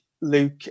Luke